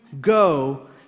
go